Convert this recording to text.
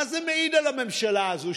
מה זה מעיד על הממשלה הזו?